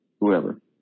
whoever